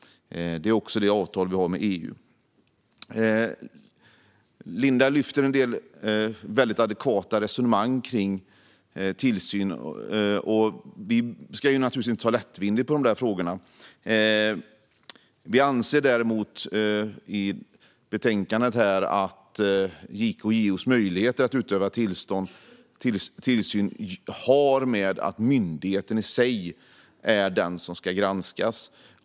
Det är också det avtal vi har med EU. Linda lyfte en del väldigt adekvata resonemang kring tillsyn. Vi ska naturligtvis inte ta lättvindigt på de frågorna. Vi anser däremot i betänkandet att JK:s och JO:s möjligheter att utöva tillsyn har att göra med att det är myndigheten i sig som ska granskas.